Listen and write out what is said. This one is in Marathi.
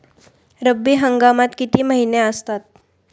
रब्बी हंगामात किती महिने असतात?